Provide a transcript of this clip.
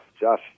Josh